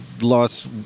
Lost